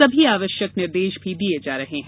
सभी आवश्यक निर्देश भी दिये जा रहे है